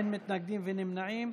אין מתנגדים ואין נמנעים.